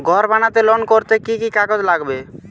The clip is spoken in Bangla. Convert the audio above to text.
ঘর বানাতে লোন করতে কি কি কাগজ লাগবে?